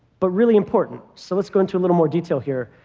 but really important. so lets go into a little more detail here.